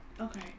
okay